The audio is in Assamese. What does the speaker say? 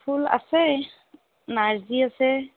ফুল আছে নাৰ্জি আছে